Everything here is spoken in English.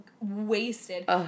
Wasted